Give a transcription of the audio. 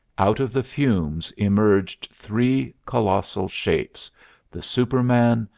out of the fumes emerged three colossal shapes the super-man,